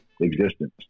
existence